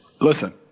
Listen